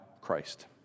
Christ